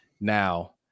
now